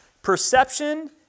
Perception